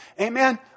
Amen